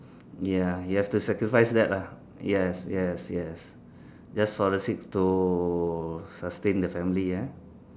ya you have to sacrifice that ah yes yes yes just for the sake to sustain the family eh